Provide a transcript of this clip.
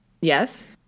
Yes